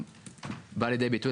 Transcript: לכן מבחינתנו זה בסדר.